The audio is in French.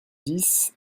dix